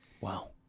Wow